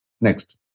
Next